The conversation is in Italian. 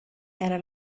era